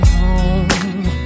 home